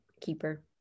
Keeper